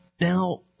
Now